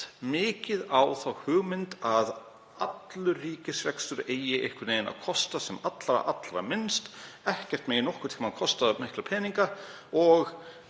mikið á þá hugmynd að allur ríkisrekstur eigi einhvern veginn að kosta sem allra minnst, ekkert megi nokkurn tíma kosta mikla peninga og